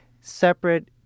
separate